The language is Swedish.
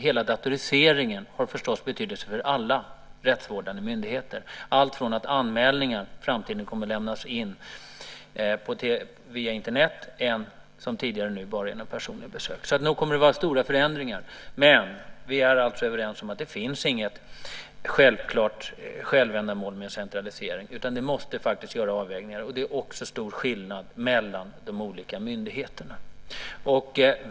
Hela datoriseringen har betydelse för alla rättsvårdande myndigheter. Det gäller bland annat att anmälningar i framtiden kommer att lämnas in via Internet i stället för som nu, bara genom personliga besök. Nog kommer det att bli stora förändringar. Men vi är alltså överens om att det inte finns ett självklart självändamål med en centralisering, utan det måste göras avvägningar. Det är också stor skillnad mellan de olika myndigheterna.